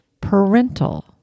parental